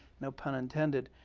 no pun intended.